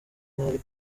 mwari